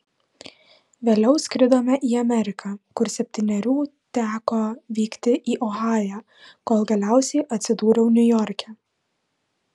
vėliau skridome į ameriką kur septynerių teko vykti į ohają kol galiausiai atsidūriau niujorke